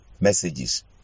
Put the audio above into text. messages